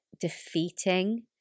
defeating